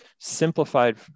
Simplified